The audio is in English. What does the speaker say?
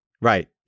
Right